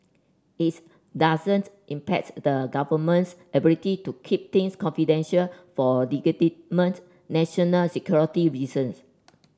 its doesn't impedes the Government's ability to keep things confidential for national security reasons